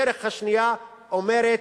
הדרך השנייה אומרת: